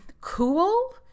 cool